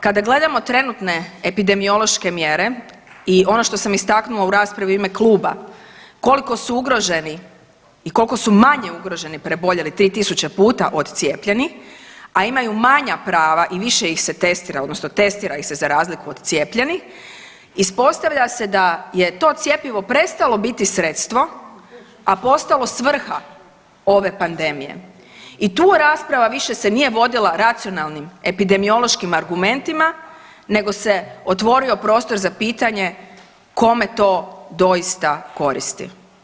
Kada gledamo trenutne epidemiološke mjere i ono što sam istaknula u raspravi u ime kluba koliko su ugroženi i koliko su manje ugroženi preboljeli 3000 puta od cijepljenih, a imaju manja prava i više ih se testira, odnosno testira ih se za razliku od cijepljenih, ispostavlja se da je to cjepivo prestalo biti sredstvo, a postalo svrha ove pandemije i tu rasprava više se nije vodila racionalnim epidemiološkim argumentima nego se otvorio prostor za pitanje kome to doista koristi.